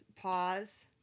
pause